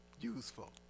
useful